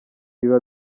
biba